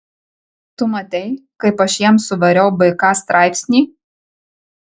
tu matei kaip aš jam suvariau bk straipsnį